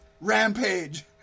rampage